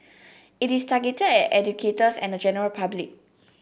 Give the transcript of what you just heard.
it is targeted at educators and general public